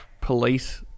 police